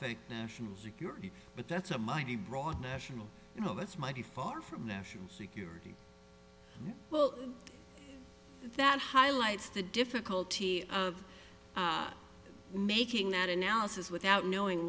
t national security but that's a mighty broad national you know it's mighty far from national security well that highlights the difficulty of making that analysis without knowing